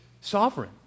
sovereign